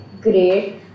great